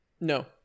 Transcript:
No